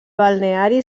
balneari